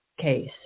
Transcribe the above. case